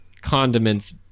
condiments